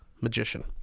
magician